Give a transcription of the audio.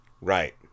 Right